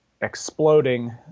exploding